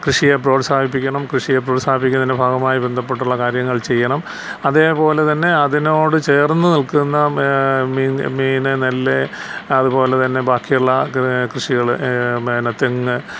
കൃഷിയെ പ്രോത്സാഹിപ്പിക്കണം കൃഷിയെ പ്രോത്സാഹിപ്പിക്കുന്നതിൻ്റെ ഭാഗമായി ബന്ധപ്പെട്ടുള്ള കാര്യങ്ങൾ ചെയ്യണം അതേപോലെ തന്നെ അതിനോട് ചേർന്ന് നിൽക്കുന്ന മീൻ മീൻ നെല്ല് അതുപോലെതന്നെ ബാക്കിയുള്ള കൃഷികൾ തെങ്ങ്